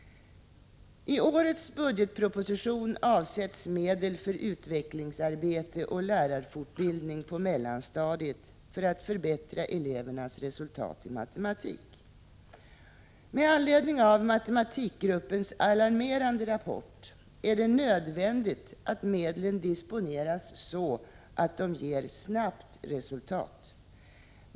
I årets budgetproposition avsätts medel för utvecklingsarbete och lärarfortbildning på mellanstadiet för att förbättra elevernas resultat i matematik. Med anledning av matematikgruppens alarmerande rapport är det nödvändigt att medlen disponeras så att de snabbt ger resultat.